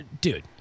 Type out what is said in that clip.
Dude